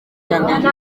iyambere